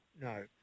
No